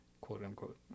quote-unquote